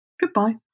Goodbye